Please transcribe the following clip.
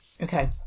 Okay